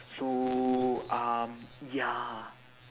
so um ya